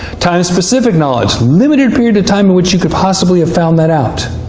time-specific knowledge limited period of time in which you could possibly have found that out.